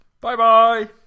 Bye-bye